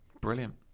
Brilliant